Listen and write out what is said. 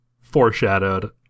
foreshadowed